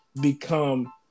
become